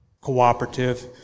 cooperative